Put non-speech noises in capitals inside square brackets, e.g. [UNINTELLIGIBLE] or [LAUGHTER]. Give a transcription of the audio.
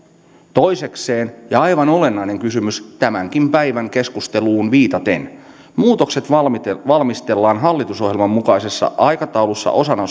toisekseen ja aivan olennainen kysymys tämänkin päivän keskusteluun viitaten muutokset valmistellaan hallitusohjelman mukaisessa aikataulussa osana [UNINTELLIGIBLE]